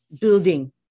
building